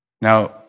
Now